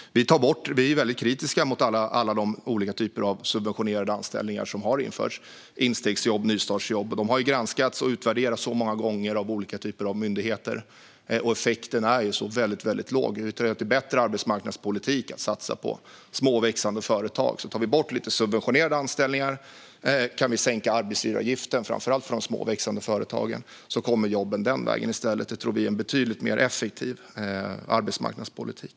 Vi är mycket kritiska till alla de typer av subventionerade anställningar som har införts, till exempel instegsjobb och nystartsjobb. De har granskats och utvärderats så många gånger av olika typer av myndigheter, och effekten är väldigt låg. Vi tror att det är bättre arbetsmarknadspolitik att satsa på små och växande företag. Tar vi bort lite subventionerade anställningar kan vi sänka arbetsgivaravgiften för framför allt de små och växande företagen, och då kommer jobben den vägen i stället. Det tror vi är en betydligt mer effektiv arbetsmarknadspolitik.